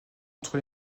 entre